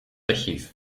archiv